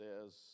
says